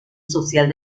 social